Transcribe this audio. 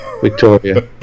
Victoria